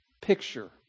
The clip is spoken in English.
picture